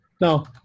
no